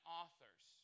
authors